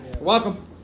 Welcome